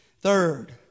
Third